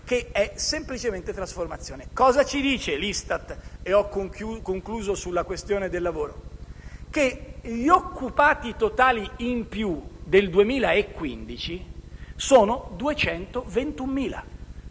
è semplicemente trasformazione. Cosa dice l'ISTAT (e ho concluso sulla questione del lavoro)? Gli occupati totali in più nel 2015 sono 221.000.